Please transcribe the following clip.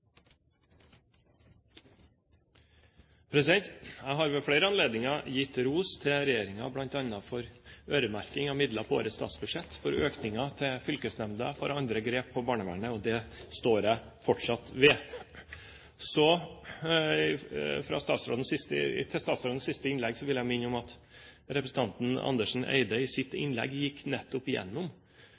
Jeg har ved flere anledninger gitt ros til regjeringen, bl.a. for øremerking av midler på årets statsbudsjett, for økninger til fylkesnemnda og for andre grep når det gjelder barnevernet, og det står jeg fortsatt ved. Til statsrådens siste innlegg vil jeg minne om at representanten Andersen Eide i sitt innlegg gikk